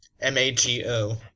M-A-G-O